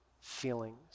feelings